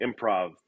improv